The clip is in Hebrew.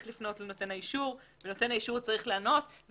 לפנות לנותן האישור ונותן האישור צריך לענות,